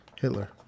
Hitler